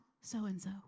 so-and-so